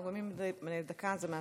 נאומים בני דקה זה מהצד.